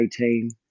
2018